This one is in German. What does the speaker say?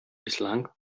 bislang